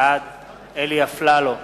בעד אלי אפללו,